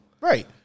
Right